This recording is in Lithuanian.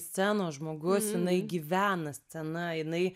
scenos žmogus jinai gyvena scena jinai